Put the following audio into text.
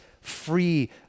free